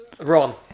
Ron